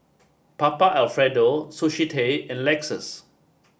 Papa Alfredo Sushi Tei and Lexus